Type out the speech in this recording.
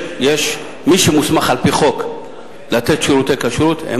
מי שמוסמך על-פי חוק לתת שירותי כשרות הן